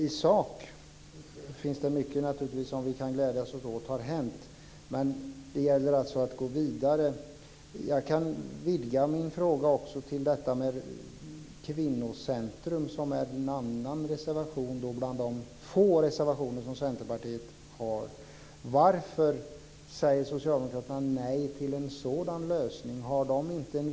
I sak kan vi naturligtvis glädja oss åt mycket som har hänt, men det gäller också att gå vidare. Jag kan vidga min fråga till att även gälla Rikskvinnocentrum, som en av Centerpartiets få reservationer handlar om. Varför säger socialdemokraterna nej till en sådan lösning som där anges?